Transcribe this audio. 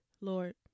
Lord